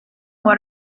what